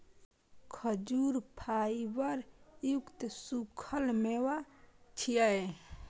खजूर फाइबर युक्त सूखल मेवा छियै